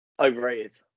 Overrated